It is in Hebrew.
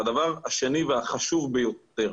והדבר השני והחשוב ביותר,